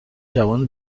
جوان